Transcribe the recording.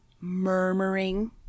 murmuring